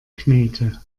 knete